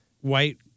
white